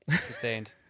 Sustained